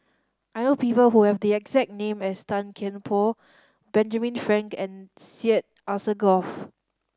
I know people who have the exact name as Tan Kian Por Benjamin Frank and Syed Alsagoff